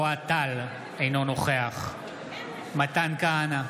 אוהד טל, אינו נוכח מתן כהנא,